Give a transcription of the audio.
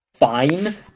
Fine